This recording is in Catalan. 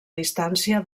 distància